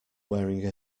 wearing